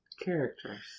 characters